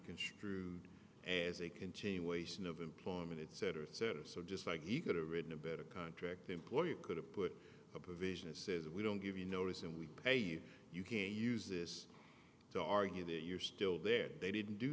construed as a continuation of employment etc etc so just like he could have written a better contract employee could have put up a vision and says we don't give you notice and we pay you you can use this to argue that you're still there they didn't do